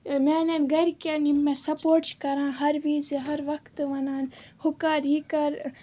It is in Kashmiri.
میٛانٮ۪ن گَرکٮ۪ن یِم مےٚ سَپوٹ چھِ کَران ہَر وِزِ ہَر وقتہٕ وَنان ہُہ کَر یہِ کَر